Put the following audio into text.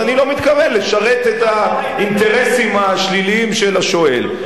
אז אני לא מתכוון לשרת את האינטרסים השליליים של השואל.